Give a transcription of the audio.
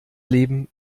leben